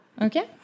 Okay